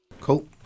cool